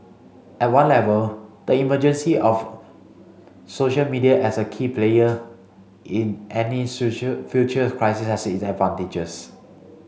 at one level the emergency of social media as a key player in any social future crisis has advantages